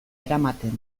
eramaten